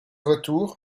retour